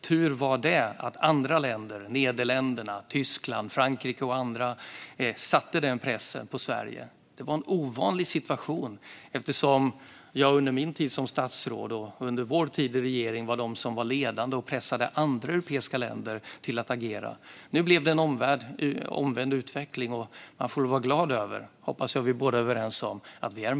Tur var det att andra länder - Nederländerna, Tyskland, Frankrike och andra - satte den pressen på Sverige. Det var en ovanlig situation, eftersom vi under min tid som statsråd och under vår tid i regering var ledande och pressade andra europeiska länder till att agera. Nu blev det en omvänd utveckling, och man får väl vara glad över att vi är medlemmar i Europeiska unionen.